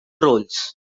roles